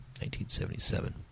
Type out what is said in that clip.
1977